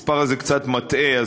המספר הזה קצת מטעה,